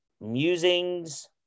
Musings